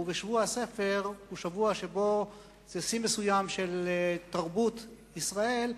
ובשבוע הספר, שהוא שיא מסוים של תרבות ישראל,